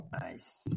Nice